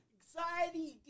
Anxiety